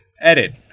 edit